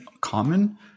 common